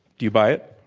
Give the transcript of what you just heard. do you buy it?